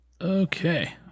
Okay